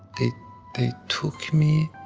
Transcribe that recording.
they they took me